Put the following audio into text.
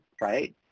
right